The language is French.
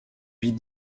vit